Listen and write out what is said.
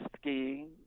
skiing